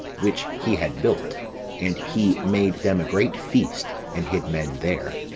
which he had built and he made them a great feast, and hid men there.